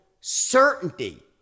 certainty